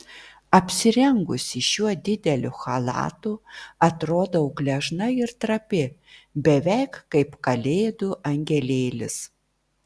apsirengusi šiuo dideliu chalatu atrodau gležna ir trapi beveik kaip kalėdų angelėlis